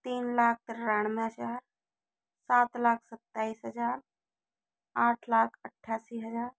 तीन लाख तिरानवे हज़ार सात लाख सत्ताईस हज़ार आठ लाख अट्ठासी हज़ार